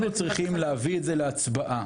צריכים להביא את זה להצבעה.